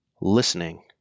listening